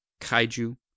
Kaiju